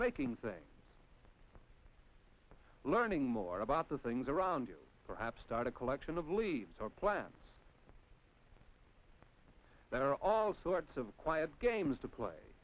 making saying learning more about the things around you perhaps start a collection of leaves or plants that are all sorts of quiet games to play